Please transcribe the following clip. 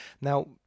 Now